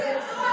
הם קיצצו.